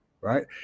Right